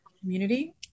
community